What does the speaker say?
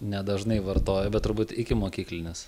nedažnai vartoju bet turbūt ikimokyklinis